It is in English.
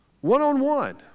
One-on-one